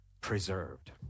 Preserved